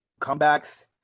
comebacks